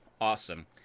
awesome